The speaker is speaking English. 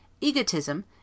Egotism